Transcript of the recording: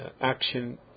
action